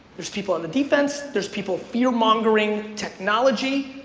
there's people in the defense, there's people fear mongering technology,